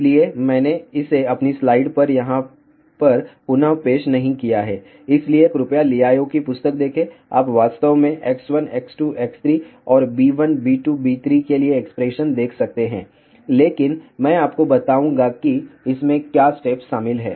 इसलिए मैंने इसे अपनी स्लाइड्स में यहाँ पर पुन पेश नहीं किया है इसलिए कृपया लियाओ की पुस्तक देखें आप वास्तव में X1 X2 X3 और B1 B2 B3 के लिए एक्सप्रेशन देख सकते हैं लेकिन मैं आपको बताता हूं कि इसमें क्या स्टेप शामिल हैं